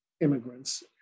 immigrants